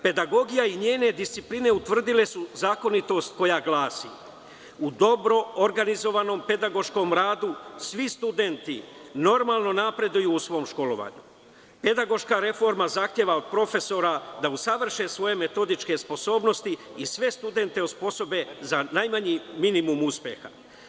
Pedagogija i njene discipline utvrdile su zakonitost koja glasi, u dobro organizovanom pedagoškom radu, svi studenti normalno napreduju u svom školovanju, a pedagoška reforma zahteva od profesora da usavrše svoje metodičke sposobnosti i sve studente osposobe za najmanji minimum uspeha.